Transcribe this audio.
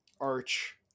arch